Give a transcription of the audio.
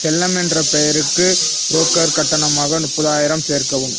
செல்லம் என்ற பெயருக்கு புரோக்கர் கட்டணமாக முப்பதாயிரம் சேர்க்கவும்